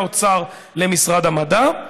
מהאוצר למשרד המדע,